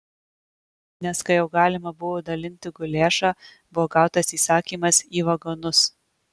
nes kai jau galima buvo dalinti guliašą buvo gautas įsakymas į vagonus